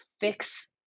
fix